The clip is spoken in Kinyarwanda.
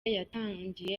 yatangiye